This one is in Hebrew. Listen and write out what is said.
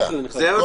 מבחינתי, שוב